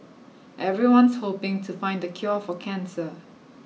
everyone's hoping to find the cure for cancer